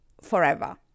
forever